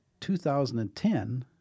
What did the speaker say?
2010